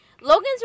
Logan's